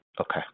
Okay